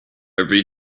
every